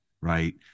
right